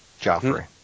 Joffrey